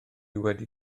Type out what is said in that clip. wedi